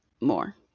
more